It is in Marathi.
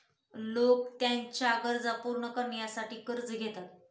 लोक त्यांच्या गरजा पूर्ण करण्यासाठी कर्ज घेतात